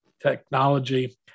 technology